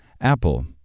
Apple